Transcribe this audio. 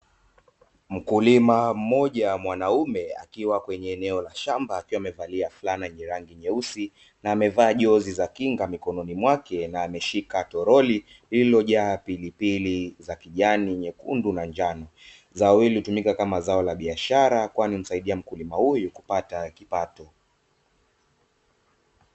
Mkulima mmoja wa mwanamume akiwa kwenye eneo la shamba akiwa amevalia fulana lenye rangi nyeusi na amevaa jozi za kinga mikononi mwake; na ameshika toroli lililojaa pilipili za kijani nyekundu na njano zao hili hutumika kama zao la biashara kwani msaidia mkulima huyu kupata kipato.